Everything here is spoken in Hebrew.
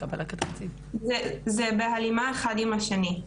זה בהלימה אחד עם השני.